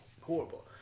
horrible